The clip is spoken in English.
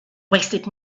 wasted